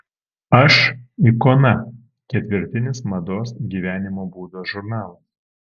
aš ikona ketvirtinis mados gyvenimo būdo žurnalas